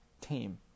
team